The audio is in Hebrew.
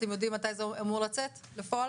אתם יודעים מתי זה אמור לצאת לפועל?